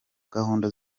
gahunda